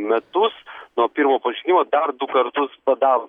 metus nuo pirmo pažeidimo dar du kartus padaro